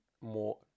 more